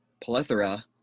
plethora